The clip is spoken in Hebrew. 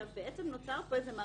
ועיקול תיקים באותו זמן.